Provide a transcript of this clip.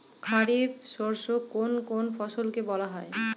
খারিফ শস্য কোন কোন ফসলকে বলা হয়?